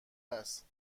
است